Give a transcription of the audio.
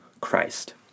Christ